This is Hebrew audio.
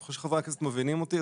אני חושב שחברי הכנסת מבינים אותי,